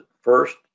first